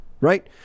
right